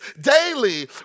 Daily